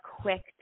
quick